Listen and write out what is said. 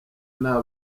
inaha